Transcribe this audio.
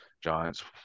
Giants